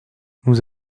nous